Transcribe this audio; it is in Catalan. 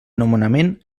nomenament